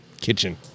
kitchen